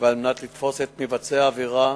ועל מנת לתפוס את מבצע העבירה